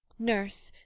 nurse,